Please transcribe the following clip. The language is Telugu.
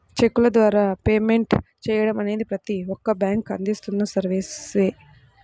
చెక్కుల ద్వారా పేమెంట్ చెయ్యడం అనేది ప్రతి ఒక్క బ్యేంకూ అందిస్తున్న సర్వీసే